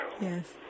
Yes